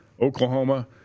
Oklahoma